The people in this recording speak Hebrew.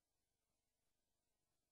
יקרה,